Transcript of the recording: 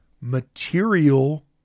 material